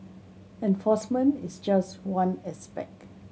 enforcement is just one aspect